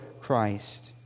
Christ